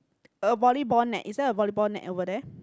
a volleyball net is there a volleyball net over there